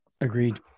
agreed